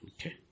Okay